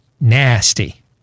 nasty